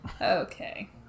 okay